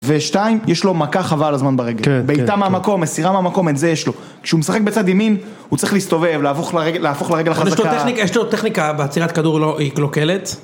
ושתיים, יש לו מכה חבל על הזמן ברגל. כן, כן, כן. בעיטה מהמקום, מסירה מהמקום, את זה יש לו. כשהוא משחק בצד ימין, הוא צריך להסתובב, להפוך לרגל, להפוך לרגל החזקה. יש לו טכניקה, בעצירת כדור היא קלוקלת.